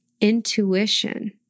intuition